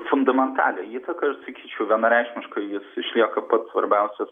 fundamentalią įtaką ir sakyčiau vienareikšmiškai jis išlieka pats svarbiausias